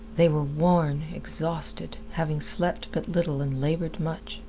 they were worn, exhausted, having slept but little and labored much.